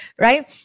Right